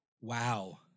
Wow